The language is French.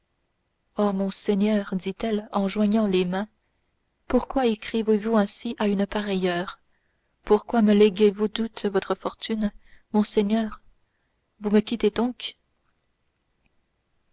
mon seigneur dit-elle en joignant les mains pourquoi écrivez vous ainsi à une pareille heure pourquoi me léguez vous toute votre fortune mon seigneur vous me quittez donc